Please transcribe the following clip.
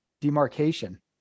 demarcation